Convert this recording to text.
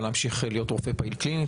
היה להמשיך להיות רופא פעיל קלינית.